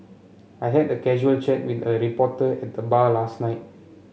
I had a casual chat with early reporter at the bar last night